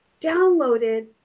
downloaded